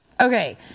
Okay